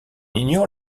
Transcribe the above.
ignore